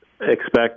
expect